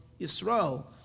Yisrael